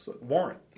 warrant